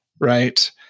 Right